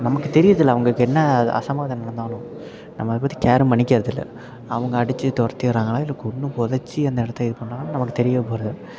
நமக்கு தெரிகிறதுல அவங்களுக்கு என்ன அசம்பாவிதம் நடந்தாலும் நம்ம அதைப் பற்றி கேரும் பண்ணிக்கிறது இல்லை அவங்க அடித்து துரத்தி விட்றங்களா இல்லை கொன்று புதச்சி அந்த இடத்த இது பண்ணுறாங்களா நமக்கு தெரிய போகிறது இல்லை